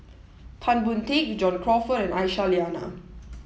Tan Boon Teik John Crawfurd and Aisyah Lyana